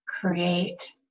create